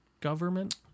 government